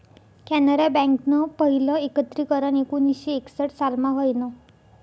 कॅनरा बँकनं पहिलं एकत्रीकरन एकोणीसशे एकसठ सालमा व्हयनं